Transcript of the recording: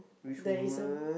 there is a